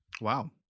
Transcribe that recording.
Wow